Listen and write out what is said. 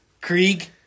Krieg